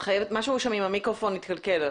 משהו שם עם המיקרופון התקלקל.